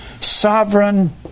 sovereign